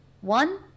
One